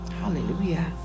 Hallelujah